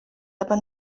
aber